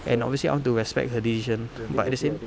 and obviously I want to respect her decision but at the same